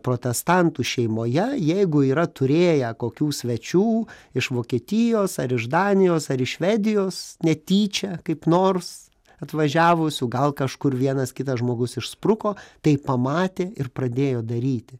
protestantų šeimoje jeigu yra turėję kokių svečių iš vokietijos ar iš danijos ar iš švedijos netyčia kaip nors atvažiavusių gal kažkur vienas kitas žmogus išspruko tai pamatė ir pradėjo daryti